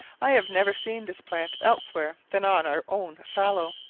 i have never seen this plant elsewhere than on our own fallow.